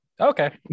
okay